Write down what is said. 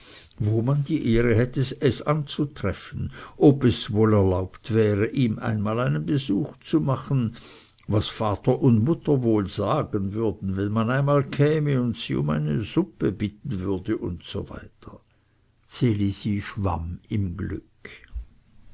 wo man die ehre hätte es anzutreffen ob es wohl erlaubt wäre ihm einmal einen besuch zu machen was vater und mutter wohl sagen würden wenn man einmal käme und sie um eine suppe bitten würde usw das elisi schwamm im glück